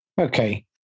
Okay